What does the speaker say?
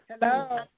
Hello